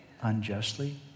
unjustly